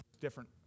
different